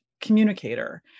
communicator